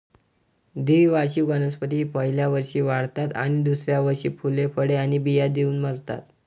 द्विवार्षिक वनस्पती पहिल्या वर्षी वाढतात आणि दुसऱ्या वर्षी फुले, फळे आणि बिया देऊन मरतात